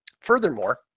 Furthermore